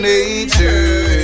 Nature